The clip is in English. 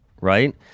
right